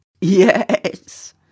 Yes